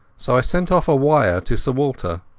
so i sent off a wire to sir walter.